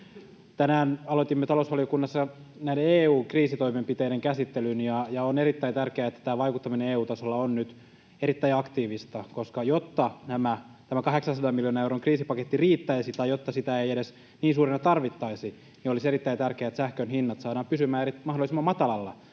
Tänään aloitimme talousvaliokunnassa näiden EU-kriisitoimenpiteiden käsittelyn, ja on erittäin tärkeää, että tämä vaikuttaminen EU-tasolla on nyt erittäin aktiivista, koska jotta tämä 800 miljoonan euron kriisipaketti riittäisi tai jotta sitä ei edes niin suurena tarvittaisi, olisi erittäin tärkeätä, että sähkön hinnat saadaan pysymään mahdollisimman matalalla